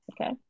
Okay